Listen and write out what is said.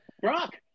Brock